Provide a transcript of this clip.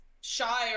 shy